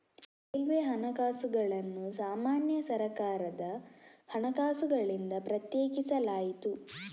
railway ಹಣಕಾಸುಗಳನ್ನು ಸಾಮಾನ್ಯ ಸರ್ಕಾರದ ಹಣಕಾಸುಗಳಿಂದ ಪ್ರತ್ಯೇಕಿಸಲಾಯಿತು